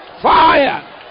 fire